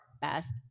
Best